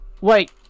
Wait